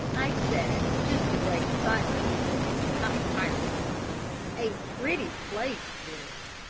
i said, just to break the silence, which was becoming tiresome a pretty place this!